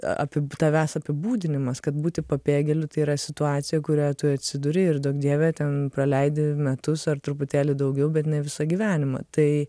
apib tavęs apibūdinimas kad būti pabėgėliu tai yra situacija kurioj tu atsiduri ir duok dieve ten praleidi metus ar truputėlį daugiau bet ne visą gyvenimą tai